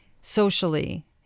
socially